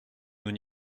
nous